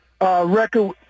record